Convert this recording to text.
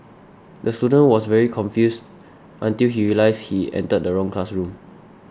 the student was very confused until he realised he entered the wrong classroom